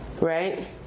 right